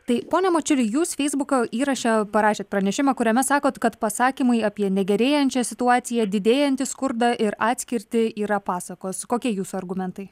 tai pone mačiuli jūs feisbuko įraše parašėt pranešimą kuriame sakot kad pasakymai apie negerėjančią situaciją didėjantį skurdą ir atskirtį yra pasakos kokie jūsų argumentai